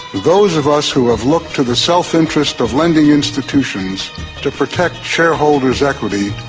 those of us who have looked to the self-interest of lending institutions to protect shareholders' equity,